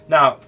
Now